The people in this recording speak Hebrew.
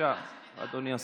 אדוני השר,